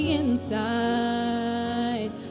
inside